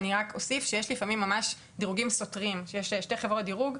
אני רק אוסיף שיש לפעמים ממש דירוגים סותרים שיש שתי חברות דירוג,